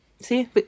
see